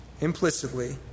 implicitly